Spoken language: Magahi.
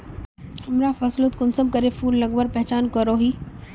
हमरा फसलोत कुंसम करे फूल लगवार पहचान करो ही?